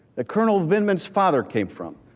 that colonel vindman's father came from,